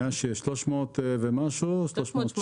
300 ומשהו שקלים.